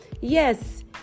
Yes